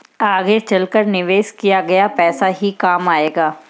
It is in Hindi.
आगे चलकर निवेश किया गया पैसा ही काम आएगा